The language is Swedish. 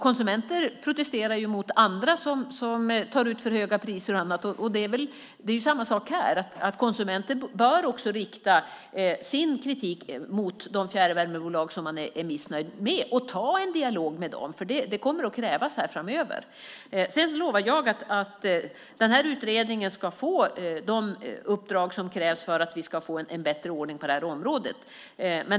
Konsumenter protesterar mot andra som tar ut för höga priser och annat. Det är samma sak här. Konsumenter bör också rikta sin kritik mot de fjärrvärmebolag som man är missnöjd med och ta en dialog med dem. Det kommer att krävas framöver. Sedan lovar jag att utredningen ska få de uppdrag som krävs för att vi ska få en bättre ordning på området.